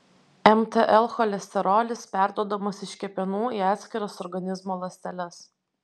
mtl cholesterolis perduodamas iš kepenų į atskiras organizmo ląsteles